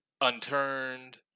Unturned